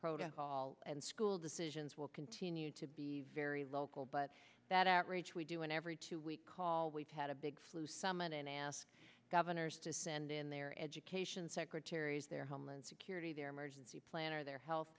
program and school decisions will continue to be very local but that outreach we do in every two weeks we've had a big flu summit and asked governors to send in their education secretaries their homeland security their emergency plan or their health